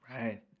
Right